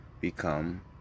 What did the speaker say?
become